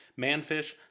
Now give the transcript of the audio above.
Manfish